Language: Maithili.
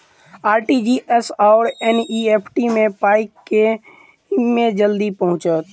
आर.टी.जी.एस आओर एन.ई.एफ.टी मे पाई केँ मे जल्दी पहुँचत?